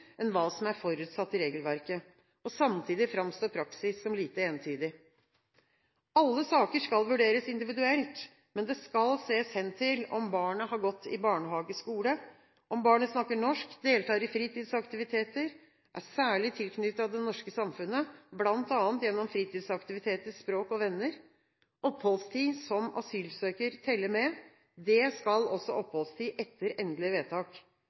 enn hva som er forutsatt i regelverket. Samtidig framstår praksis som lite entydig. Alle saker skal vurderes individuelt, men det skal ses hen til om barnet har gått i barnehage/skole, om barnet snakker norsk, deltar i fritidsaktiviteter, er særlig tilknyttet det norske samfunnet, bl.a. gjennom fritidsaktiviteter, språk og venner. Oppholdstid som asylsøker teller med. Det skal også oppholdstid etter endelig vedtak